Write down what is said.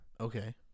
Okay